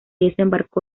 desembarco